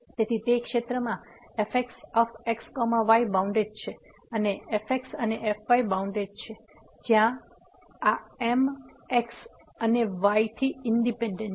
તેથી તે ક્ષેત્રમાં fxx y બાઉન્ડેડ છે અને fx પણ fy બાઉન્ડેડ છે જ્યાં આ M x અને y થી ઈન્ડીપેન્ડેન્ટ છે